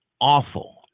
awful